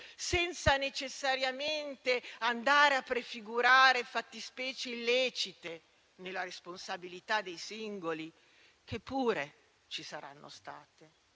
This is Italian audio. senza necessariamente andare a prefigurare fattispecie illecite, nella responsabilità dei singoli, che pure ci saranno state.